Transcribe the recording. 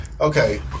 Okay